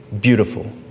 beautiful